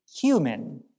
human